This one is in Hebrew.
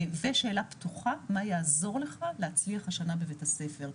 ושאלה פתוחה, מה יעזור לך להצליח השנה בבית הספר?